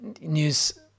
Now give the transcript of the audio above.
news